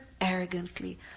arrogantly